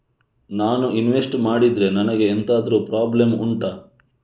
ನಾನು ಇನ್ವೆಸ್ಟ್ ಮಾಡಿದ್ರೆ ನನಗೆ ಎಂತಾದ್ರು ಪ್ರಾಬ್ಲಮ್ ಉಂಟಾ